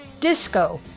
disco